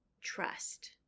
trust